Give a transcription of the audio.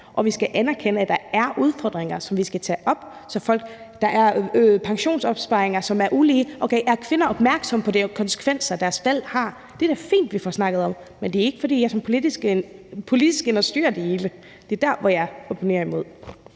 og vi skal anerkende, at der er udfordringer, som vi skal tage op. Der er pensionsopsparinger, som er ulige – okay, er kvinder opmærksomme på det og de konsekvenser, deres valg har? Det er da fint, at vi får snakket om det, men det er ikke, fordi jeg politisk vil ind og styre det hele. Det er det, jeg opponerer imod.